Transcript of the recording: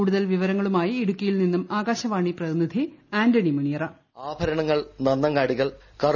കൂടുതൽ വിവരങ്ങളുമായി ഇടുക്കിയിൽ നിന്നും ആകാശവാണി പ്രതിനിധി ആന്റണി മുനിയറ